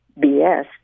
BS